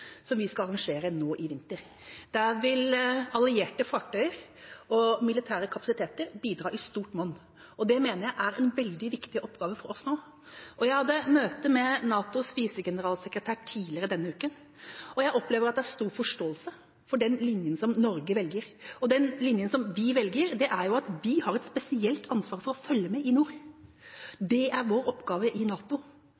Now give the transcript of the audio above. som vi skal arrangere nå i vinter. Der vil allierte fartøyer og militære kapasiteter bidra i stort monn, og det mener jeg er en veldig viktig oppgave for oss nå. Jeg hadde møte med NATOs visegeneralsekretær tidligere denne uka, og jeg opplever at det er stor forståelse for den linja som Norge velger. Og den linja vi velger, er at vi har et spesielt ansvar for å følge med i nord.